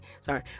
Sorry